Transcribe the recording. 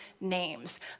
names